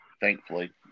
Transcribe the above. thankfully